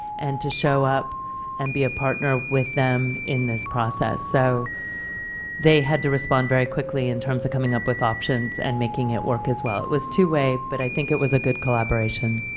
and to show up and be a partner with them in this process. so they had to respond very quickly in terms of coming up with options and making it work as well. it goes to way but i think it was a good cooperation.